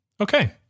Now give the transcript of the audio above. Okay